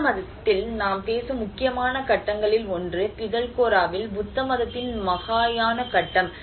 புத்த மதத்தில் நாம் பேசும் முக்கியமான கட்டங்களில் ஒன்று பிதல்கோராவில் புத்தமதத்தின் மகாயான கட்டம்